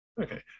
Okay